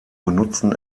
benutzten